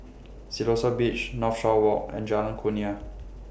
Siloso Beach Northshore Walk and Jalan Kurnia